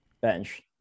bench